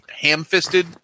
ham-fisted